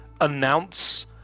announce